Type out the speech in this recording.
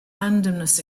randomness